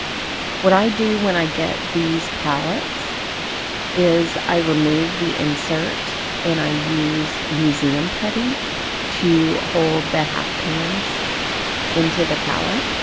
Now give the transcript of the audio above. what i do when i get these palettes is i remove the insert and i use museum putty to hold the half pans into the pallet.